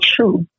true